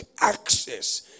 access